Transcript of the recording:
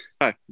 Hi